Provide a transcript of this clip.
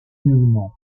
nullement